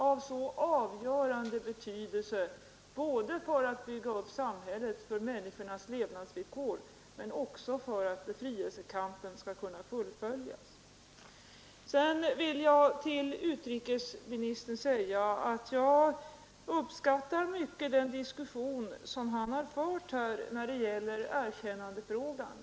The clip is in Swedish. Det är av avgörande betydelse både för att bygga upp samhället och ge människorna bättre levnadsvillkor, men också för att befrielsekampen skall kunna fullföljas. Sedan vill jag till utrikesministern säga att jag mycket uppskattar den diskussion som han har fört när det gäller erkännandefrågan.